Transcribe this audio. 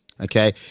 okay